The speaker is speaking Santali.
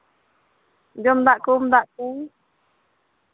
ᱡᱚᱢ ᱫᱟᱜ ᱠᱚ ᱩᱢ ᱫᱟᱜ ᱠᱚ